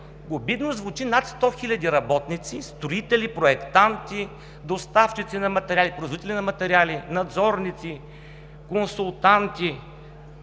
Обидно звучи над 100 хиляди работници – строители, проектанти, доставчици на материали, производители на материали, надзорници, консултанти,